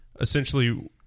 Essentially